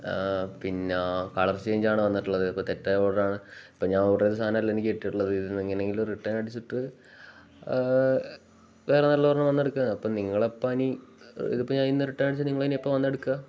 പിന്നെ കളർ ചേഞ്ചാണ് വന്നിട്ടുള്ളത് ഇപ്പോള് തെറ്റായ ഓർഡറാണ് ഇപ്പോള് ഞാൻ ഓര്ഡര് ചെയ്ത സാധനമല്ല എനിക്ക് കിട്ടിയിട്ടുള്ളത് ഇതെങ്ങനെയെങ്കിലും റിട്ടേൺ അടിച്ചിട്ട് വേറെ നല്ലയൊരെണ്ണം വന്നെടുക്കാം അപ്പം നിങ്ങളെപ്പോഴാണ് ഇനി ഇതിപ്പോള് ഞാൻ ഇന്ന് റിട്ടേണ് അടിച്ചാല് നിങ്ങള് ഇനിയെപ്പോഴാണ് വന്നെടുക്കുക